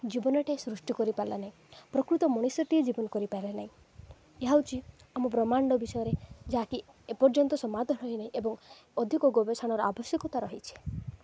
ଜୀବନଟିଏ ସୃଷ୍ଟି କରିପାରିଲା ନାହିଁ ପ୍ରକୃତ ମଣିଷଟିଏ ଜୀବନ କରିପାରିଲା ନାହିଁ ଏହା ହେଉଛି ଆମ ବ୍ରହ୍ମାଣ୍ଡ ବିଷୟରେ ଯାହାକି ଏପର୍ଯ୍ୟନ୍ତ ସମାଧାନ ହୋଇନାହିଁ ଏବଂ ଅଧିକ ଗୋବେଷାଣର ଆବଶ୍ୟକତା ରହିଛି